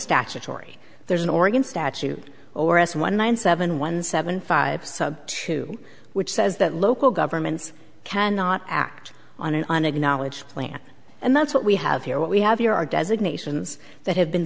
statutory there's an oregon statute or s one nine seven one seven five sub two which says that local governments cannot act on an acknowledged plan and that's what we have here what we have you are designations that have been